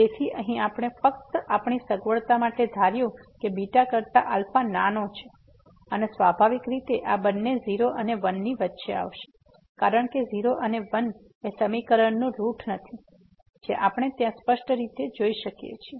તેથી અહીં આપણે ફક્ત આપણી સગવડતા માટે ધાર્યું કે કરતા નાનો છે અને સ્વાભાવિક રીતે આ બંને 0 અને 1 ની વચ્ચે આવશે કારણ કે 0 અને 1 એ સમીકરણનું રૂટ નથી જે આપણે ત્યાં સ્પષ્ટ રીતે જોઈ શકીએ છીએ